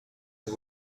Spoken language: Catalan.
amb